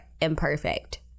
imperfect